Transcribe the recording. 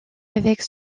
avec